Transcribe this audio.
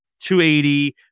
280